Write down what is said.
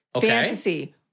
Fantasy